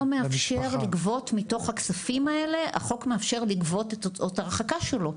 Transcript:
החוק היום מאפשר לגבות מתוך הכספים האלה את אותה הרחקה שלו,